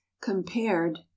compared